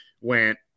went